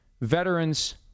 veterans